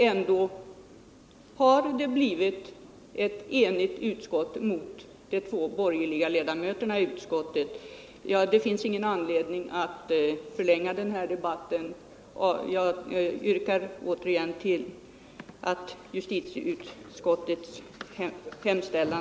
Ändå har det blivit enighet i utskottet mot de två moderatledamöterna. Det finns ingen anledning att förlänga den här debatten. Jag yrkar återigen bifall till justitieutskottets hemställan.